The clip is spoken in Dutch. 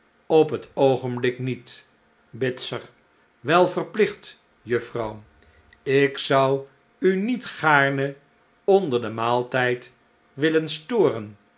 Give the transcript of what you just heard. op het oogenblik niet bitzer a wel verplicht juffrouw ik zoa u niet gaarne onder den fmaaltijd willen storen